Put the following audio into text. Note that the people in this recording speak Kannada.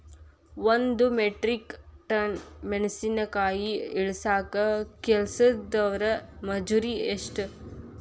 ಒಂದ್ ಮೆಟ್ರಿಕ್ ಟನ್ ಮೆಣಸಿನಕಾಯಿ ಇಳಸಾಕ್ ಕೆಲಸ್ದವರ ಮಜೂರಿ ಎಷ್ಟ?